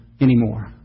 anymore